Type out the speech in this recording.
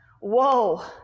whoa